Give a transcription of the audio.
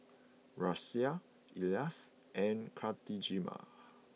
Raisya Elyas and Khatijah